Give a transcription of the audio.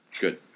good